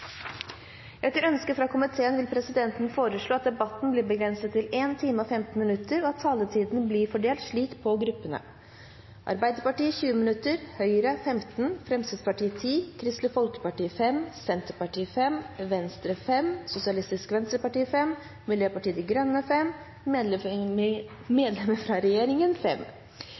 Etter ønske fra transport- og kommunikasjonskomiteen vil presidenten foreslå at debatten blir begrenset til 1 time og 15 minutter, og at taletiden blir fordelt slik på gruppene: Arbeiderpartiet 20 minutter, Høyre 15 minutter, Fremskrittspartiet 10 minutter, Kristelig Folkeparti 5 minutter, Senterpartiet 5 minutter, Venstre 5 minutter, Sosialistisk Venstreparti 5 minutter, Miljøpartiet De Grønne 5 minutter og medlemmer